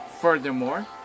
furthermore